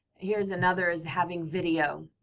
here's another is having video.